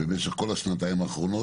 במשך כל השנתיים האחרונות,